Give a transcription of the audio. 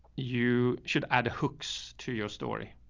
you should add hooks to your story,